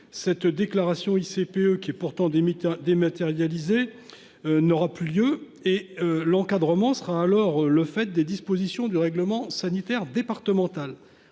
la déclaration des ICPE, qui est pourtant dématérialisée, n’aura plus lieu. L’encadrement sera alors le fait des dispositions du règlement sanitaire départemental,